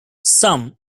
some